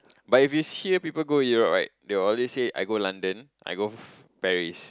but if it's here people go Europe right they'll always say I go London I go Paris